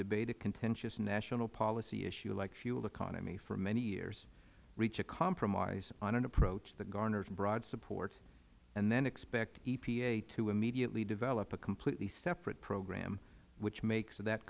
debate a contentious national policy issue like fuel economy for many years reach a compromise on an approach that garners broad support and then expect epa to immediately develop a completely separate program which makes that